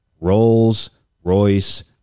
Rolls-Royce